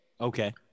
Okay